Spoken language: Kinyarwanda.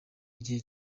igihe